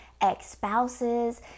ex-spouses